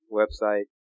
website